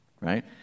right